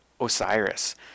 Osiris